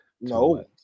No